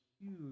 huge